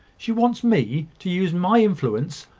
she wants me to use my influence,